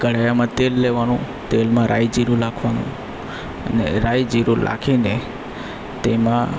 કઢાઈમાં તેલ લેવાનું તેલમાં રાઈ જીરું નાખવાનું અને રાઈ જીરું નાખીને તેમાં